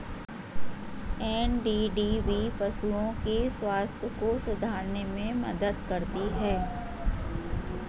NDDB पशुओं के स्वास्थ्य को सुधारने में मदद करती है